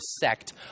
sect